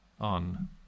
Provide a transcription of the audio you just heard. on